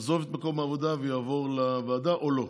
יעזוב את מקום העבודה ויעבור לוועדה או לא.